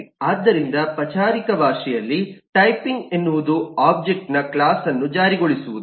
ಆದ್ದರಿಂದ ಪಚಾರಿಕ ಪರಿಭಾಷೆಯಲ್ಲಿ ಟೈಪಿಂಗ್ ಎನ್ನುವುದು ಒಬ್ಜೆಕ್ಟ್ನ ಕ್ಲಾಸ್ನ್ನು ಜಾರಿಗೊಳಿಸುವುದು